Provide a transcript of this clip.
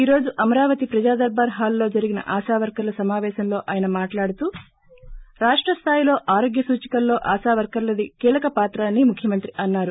ఈ రోజు అమరావతి ప్రజాదర్పార్హాలులో జరిగిన ఆశా వర్కర్ల సమావేశంలో ఆయన మాట్లాడుతూ రాష్టస్థాయిలో ో ఆరోగ్య సూచికల్లో ఆశా వర్కర్ణది కీలక పాత్ర అని ముఖ్యమంత్రి అన్నారు